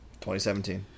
2017